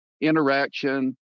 interaction